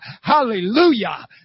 Hallelujah